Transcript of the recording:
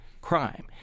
crime